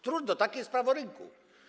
Trudno, takie jest prawo rynku.